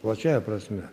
plačiąja prasme